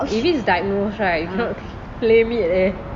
if it's diagnose right you cannot claim it leh